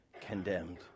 condemned